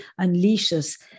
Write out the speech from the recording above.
unleashes